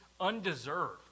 undeserved